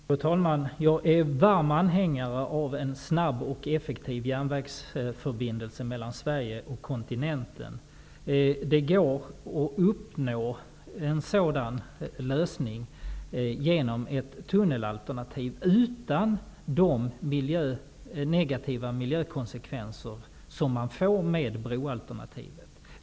Fru talman! Jag är en varm anhängare av en snabb och effektiv järnvägsförbindelse mellan Sverige och kontinenten. Det går att uppnå en sådan lösning genom ett tunnelalternativ, och man slipper då de negativa miljökonsekvenser som man får med broalternativet.